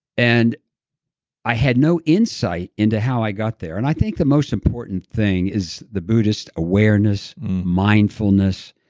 and i had no insight into how i got there. and i think the most important thing is the buddhist awareness mindfulness,